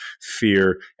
fear